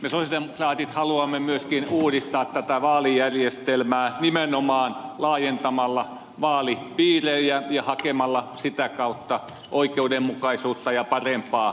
me sosialidemokraatit haluamme myöskin uudistaa tätä vaalijärjestelmää nimenomaan laajentamalla vaalipiirejä ja hakemalla sitä kautta oikeudenmukaisuutta ja parempaa suhteellisuutta